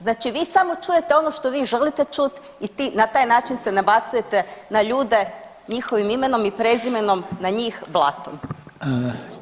Znači vi samo čujete ono što vi želite čuti i na taj način se nabacujete na ljude njihovim imenom i prezimenom na njih blatom.